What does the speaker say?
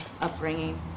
upbringing